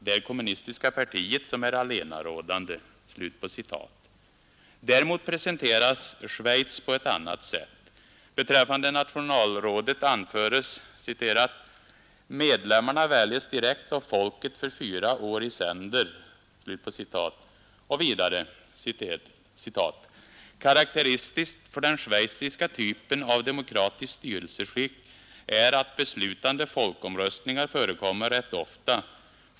Det är det kommunistiska partiet som är allenarådande.” Däremot presenteras Schweiz på ett annat sätt. Beträffande national radet anföres' ”Medlemmarna väljs direkt av folket för fyra år i sänder - Karaktäristiskt för den schweiziska typen av demokratiskt styrelseskick är att beslutande folkomröstningar förekommer rätt ofta.